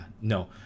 no